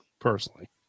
personally